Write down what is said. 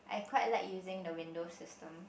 I quite like using the Windows System